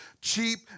cheap